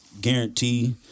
guarantee